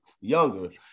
younger